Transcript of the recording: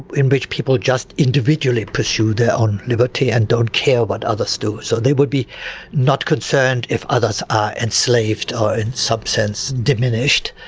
in which people just individually pursue their own liberty and don't care what others do. so, they would be not concerned if others are enslaved, or in some sense diminished.